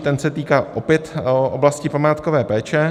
Ten se týká opět oblasti památkové péče.